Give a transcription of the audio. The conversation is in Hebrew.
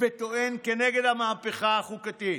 וטוען כנגד המהפכה החוקתית.